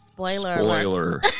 Spoiler